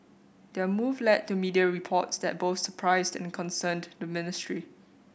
their move led to media reports that both surprised and concerned the ministry